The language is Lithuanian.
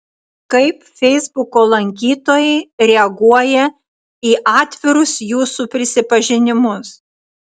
kaip feisbuko lankytojai reaguoja į atvirus jūsų prisipažinimus